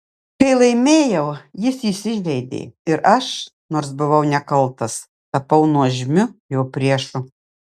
kai laimėjau jis įsižeidė ir aš nors buvau nekaltas tapau nuožmiu jo priešu